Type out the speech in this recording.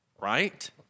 Right